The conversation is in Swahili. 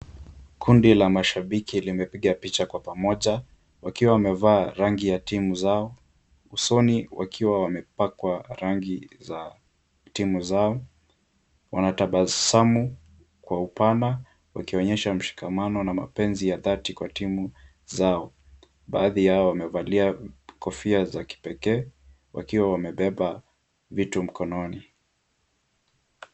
Kundi la mashabiki limepiga picha kwa pamoja wakiwa wamevaa rangi ya timu zao, usoni wakiwa wamepakwa rangi za timu zao. Wanatabasmu kwa upana wakionyesha mshikamano na mapenzi ya dhati kwa timu zao. Baadhi yao wamevalia kofia za kipekee wakiwa wamebeba vitu mkononi.